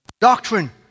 Doctrine